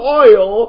oil